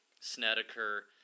Snedeker